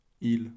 Il